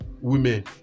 women